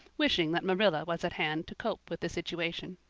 wishing that marilla was at hand to cope with the situation.